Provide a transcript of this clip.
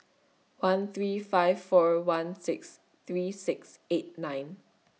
one three five four one six three six eight nine